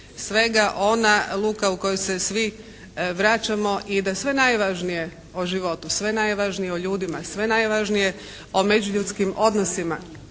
svega, ona luka u koju se svi vraćamo i da sve najvažnije o životu, sve najvažnije o ljudima, sve najvažnije o međuljudskim odnosima,